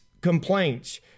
complaints